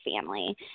family